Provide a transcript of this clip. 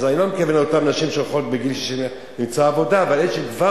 אז אני לא מתכוון לאותן נשים שהולכות למצוא עבודה בגיל 60,